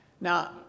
Now